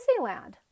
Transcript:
Disneyland